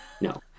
No